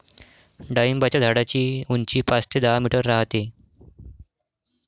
डाळिंबाच्या झाडाची उंची पाच ते दहा मीटर राहते